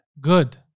Good